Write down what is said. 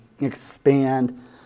expand